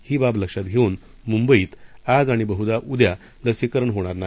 ही बाब लक्षात घेऊन मुंबईत आज आणि बहुदा उद्या लसीकरण होणार नाही